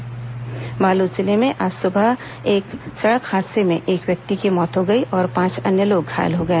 दर्घटना बालोद जिले में आज सुबह हए सड़क हादसे में एक व्यक्ति की मौत हो गई और पांच अन्य लोग घायल हो गए